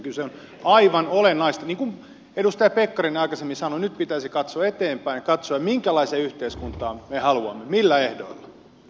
kyllä on aivan olennaista niin kuin edustaja pekkarinen aikaisemmin sanoi että nyt pitäisi katsoa eteenpäin katsoa minkälaisen yhteiskunnan me haluamme millä ehdoilla